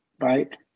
right